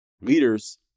Leaders